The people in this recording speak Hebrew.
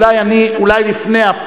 אולי לפני,